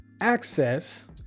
access